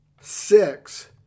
six